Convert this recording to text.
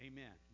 Amen